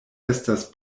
estas